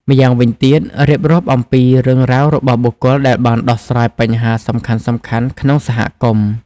ម្យ៉ាងវិញទៀតរៀបរាប់អំពីរឿងរ៉ាវរបស់បុគ្គលដែលបានដោះស្រាយបញ្ហាសំខាន់ៗក្នុងសហគមន៍។